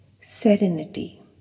serenity